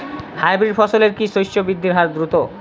Hybrid ফসলের কি শস্য বৃদ্ধির হার দ্রুত?